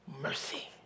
mercy